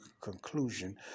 conclusion